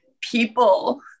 people